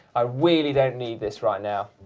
i wheelie don't need this right now.